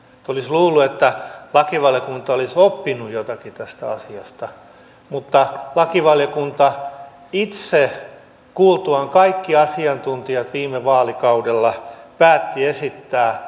olisi luullut että lakivaliokunta olisi oppinut jotakin tästä asiasta mutta lakivaliokunta itse kuultuaan kaikki asiantuntijat viime vaalikaudella päätti esittää tämän hylkäämistä